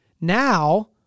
Now